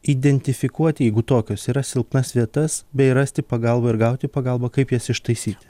identifikuoti jeigu tokios yra silpnas vietas bei rasti pagalbą ir gauti pagalbą kaip jas ištaisyti